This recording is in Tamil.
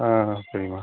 ஆ சரிம்மா